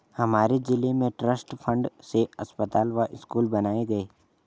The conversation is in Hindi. हमारे जिले में ट्रस्ट फंड से अस्पताल व स्कूल बनाए गए